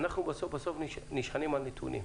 אנחנו בסוף בסוף נשענים על נתונים,